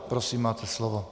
Prosím, máte slovo.